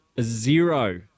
zero